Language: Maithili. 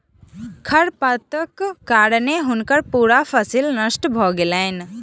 खरपातक कारणें हुनकर पूरा फसिल नष्ट भ गेलैन